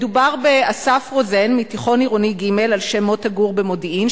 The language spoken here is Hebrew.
מדובר באסף רוזן מתיכון עירוני ג' על שם מוטה גור במודיעין,